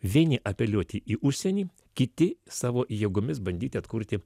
vieni apeliuoti į užsienį kiti savo jėgomis bandyti atkurti